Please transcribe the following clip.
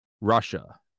Russia